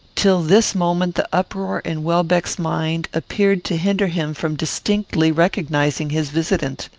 till this moment the uproar in welbeck's mind appeared to hinder him from distinctly recognising his visitant.